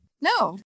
No